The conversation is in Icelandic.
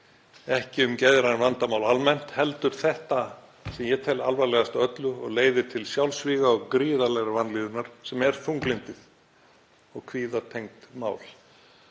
ekki um geðræn vandamál almennt heldur þetta sem ég tel alvarlegast af öllu og leiðir til sjálfsvíga og gríðarlegrar vanlíðunar sem er þunglyndið og kvíðatengd mál.